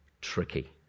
tricky